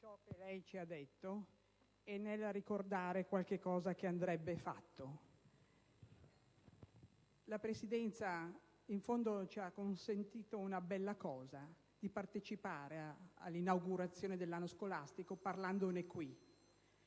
ci ha detto e nel ricordare alcune cose che andrebbero fatte. La Presidenza ci ha consentito una bella occasione: partecipare all'inaugurazione dell'anno scolastico parlandone in